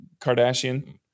Kardashian